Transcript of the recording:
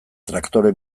traktore